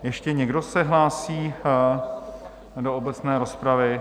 Ještě někdo se hlásí do obecné rozpravy?